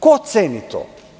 Ko ceni to?